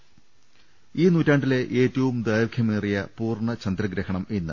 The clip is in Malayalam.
് ഈ നൂറ്റാണ്ടിലെ ഏറ്റവും ദൈർഘ്യമേറിയ പൂർണ ചന്ദ്രഗ്രഹണം ഇന്ന്